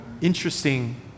interesting